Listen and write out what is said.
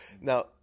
Now